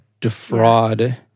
defraud